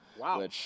Wow